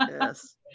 Yes